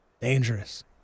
dangerous